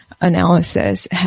analysis